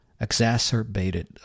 exacerbated